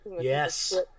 Yes